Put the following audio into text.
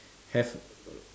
have